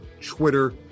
Twitter